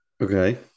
Okay